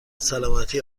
سلامتی